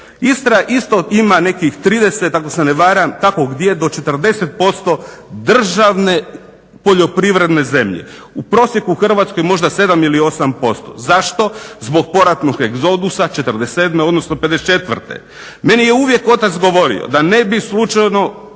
Istra isto ima nekih 30 ako se ne varam, kako gdje, do 40% državne poljoprivredne zemlje. U prosjeku u Hrvatskoj možda 7 ili 8%. Zašto? Zbog poratnog egzodusa '47., odnosno '54. Meni je uvijek otac govorio da ne bi slučajno